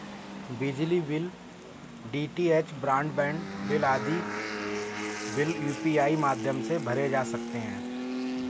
बिजली bill, DTH broadband bill आदि bill UPI माध्यम से भरे जा सकते हैं